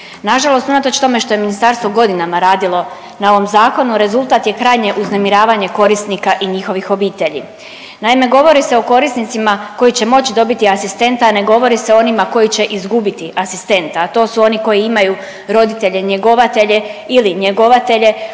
Nažalost unatoč tome što je Ministarstvo godinama radilo na ovom Zakonu, rezultat je krajnje uznemiravanje korisnika i njihovih obitelji. Naime, govori se o korisnicima koji će moći dobiti asistenta, ne govori se o onima koji će izgubiti asistenta, a to su oni koji imaju roditelje njegovatelje ili njegovatelje